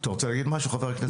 אתה רוצה להגיד משהו, חה"כ ביסמוט?